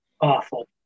awful